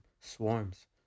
Swarms